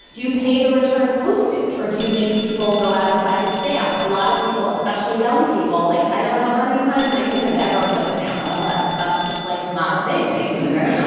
do pay the return postage or do you make people go out and find a stamp? a lot of people, especially young people like i don't know how many times my kids have ever put a stamp on a letter that's just like not a thing they do there. yeah